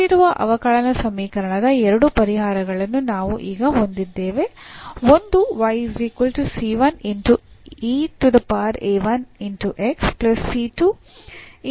ಕೊಟ್ಟಿರುವ ಅವಕಲನ ಸಮೀಕರಣದ ಎರಡು ಪರಿಹಾರಗಳನ್ನು ನಾವು ಈಗ ಹೊಂದಿದ್ದೇವೆ